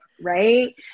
right